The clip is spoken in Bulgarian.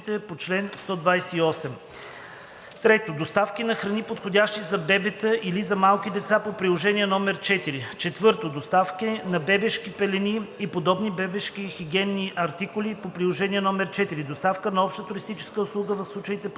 3. доставки на храни, подходящи за бебета или за малки деца, по приложение № 4; 4. доставки на бебешки пелени и подобни бебешки хигиенни артикули по приложение № 4; 5. доставка на обща туристическа услуга в случаите по чл.